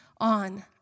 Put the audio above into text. on